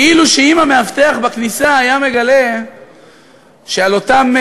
כאילו אם המאבטח בכניסה היה מגלה שעל אותם,